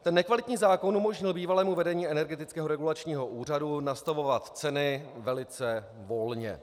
Ten nekvalitní zákon umožnil bývalému vedení Energetického regulačního úřadu nastavovat ceny velice volně.